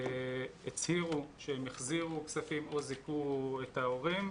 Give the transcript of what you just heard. הצהירו שהם החזירו כספים או זיכו את ההורים.